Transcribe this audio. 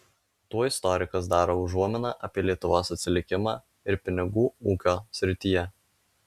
tuo istorikas daro užuominą apie lietuvos atsilikimą ir pinigų ūkio srityje